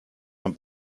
man